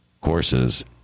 courses